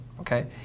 okay